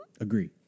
Agree